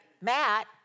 Matt